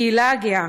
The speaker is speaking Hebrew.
הקהילה הגאה.